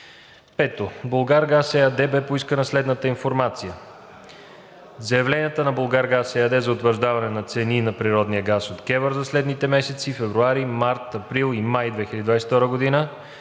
Пето, от „Булгаргаз“ ЕАД бе поискана следната информация: Заявленията на „Булгаргаз“ ЕАД за утвърждаване на цени на природния газ от КЕВР за следните месеци: февруари, март, април и май 2022 г.